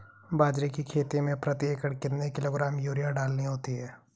बाजरे की खेती में प्रति एकड़ कितने किलोग्राम यूरिया डालनी होती है?